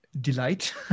delight